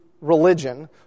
religion